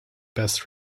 best